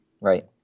right